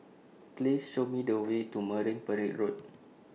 Please Show Me The Way to Marine Parade Road